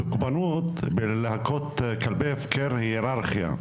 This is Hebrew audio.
תוקפנות בלהקות כלבי הפקר היא היררכיה.